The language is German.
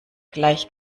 gleich